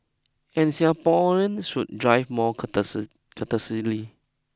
and Singaporeans should drive more courteous courteously